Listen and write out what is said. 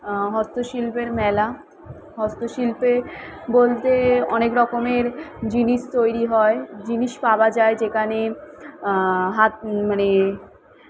হস্তশিল্পের মেলা হস্তশিল্পের বলতে অনেক রকমের জিনিস তৈরি হয় জিনিস পাওয়া যায় যেখানে হাত মানে